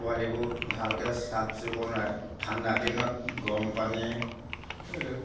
পোৱালিবোৰ ভালকৈ চাফচিকুণ ঠাণ্ডাদিনত গৰমপানীয়ে